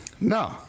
no